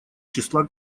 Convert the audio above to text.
числа